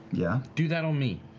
yeah do that on me.